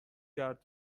کرد